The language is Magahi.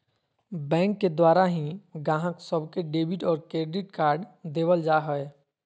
बैंक के द्वारा ही गाहक सब के डेबिट और क्रेडिट कार्ड देवल जा हय